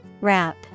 Wrap